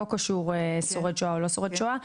לא קשור לשורד שואה או לא שורד שואה.